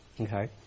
Okay